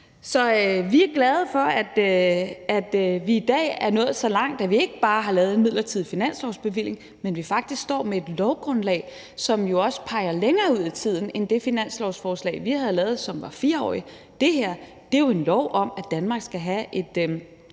Så vi er glade for, at vi i dag er nået så langt, at vi ikke bare har lavet en midlertidig finanslovsbevilling, men faktisk står med et lovgrundlag, som jo også peger længere ud i fremtiden end det finanslovsforslag, vi havde lavet, som var 4-årigt. Det her er jo en lov om, at Danmark skal have et